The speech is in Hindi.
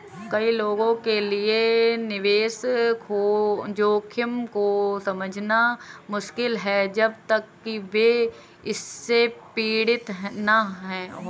कई लोगों के लिए निवेश जोखिम को समझना मुश्किल है जब तक कि वे इससे पीड़ित न हों